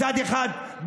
מצד אחד,